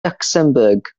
luxembourg